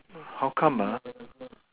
how come ah